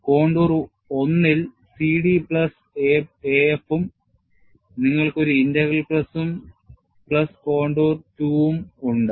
contour 1 ൽ CD plus AF ഉം നിങ്ങൾക്ക് ഒരു ഇന്റഗ്രൽ പ്ലസും പ്ലസ് കോണ്ടൂർ 2 ഉം ഉണ്ട്